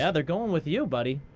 ah they're going with you, buddy.